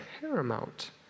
paramount